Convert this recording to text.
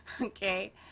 Okay